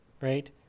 right